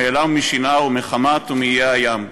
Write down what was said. מעילם ומשנער ומחמת ומאיי הים".